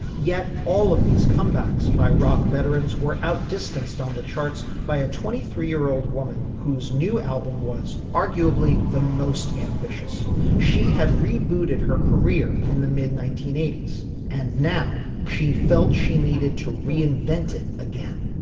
yet all of these comebacks by rock veterans were out distanced on the charts by a twenty three year old woman whose new album was arguably the most ambitious she had rebooted her career in the mid nineteen eighty s and now she felt she needed to reinvented again